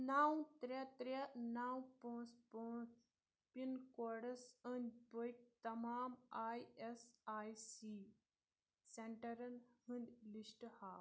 نو ترٛےٚ ترٛےٚ نَو پانٛژھ پانٛژھ پِن کوڈس أنٛدۍ پٔکۍ تمام آی ایس آی سی سینٹرن ہُنٛد لسٹ ہاو